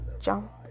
jump